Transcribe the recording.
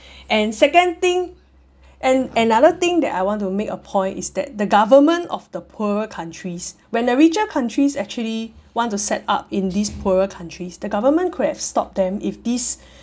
and second thing and another thing that I want to make a point is that the government of the poorer countries when the richer countries actually want to set up in these poorer countries the government could have stopped them if this